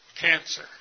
Cancer